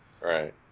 right